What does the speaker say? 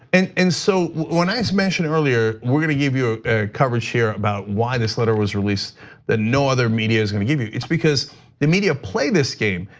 and and so when i mentioned earlier we're gonna give you coverage here about why this letter was released that no other media's gonna give you. it's because the media play this game.